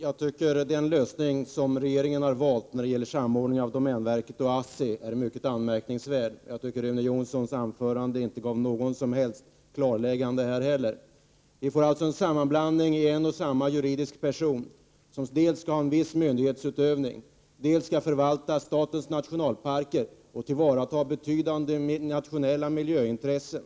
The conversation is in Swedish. Herr talman! Regeringens lösning när det gäller samordningen mellan domänverket och ASSI är mycket anmärkningsvärd, och inte fick vi något klarläggande i och med Rune Jonssons anförande. Det kommer alltså att handla om en och samma juridisk person som dels skall ha en viss myndighetsutövning, dels skall förvalta statens nationalparker, dels skall tillvarata betydande nationella miljöintressen.